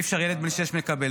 אי-אפשר שילד בן שש יקבל.